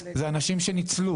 אלה אנשים שניצלו.